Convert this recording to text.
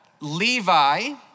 Levi